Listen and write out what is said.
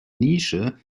nische